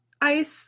Ice